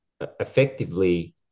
effectively